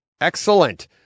Excellent